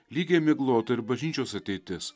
lygiai miglota ir bažnyčios ateitis